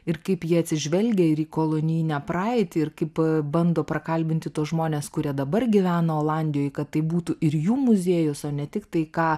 ir kaip jie atsižvelgia ir į kolonijinę praeitį ir kaip bando prakalbinti tuos žmones kurie dabar gyveno olandijoj kad tai būtų ir jų muziejus o ne tik tai ką